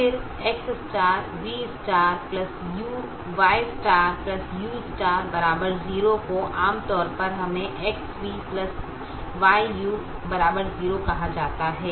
फिर X V Y U 0 को आम तौर पर हमें XV YU 0 कहा जाता है